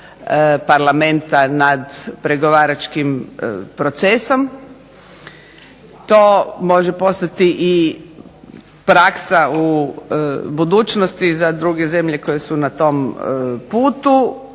Parlamenta nad pregovaračkim procesom. To može postati praksa u budućnosti za druge zemlje koje su na tom putu.